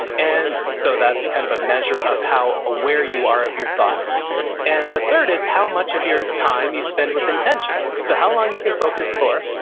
and so that's kind of a measure of how aware you are of your thoughts and the third is how much of your time you spend with intention. so how long you can focus for,